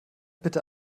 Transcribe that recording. bitte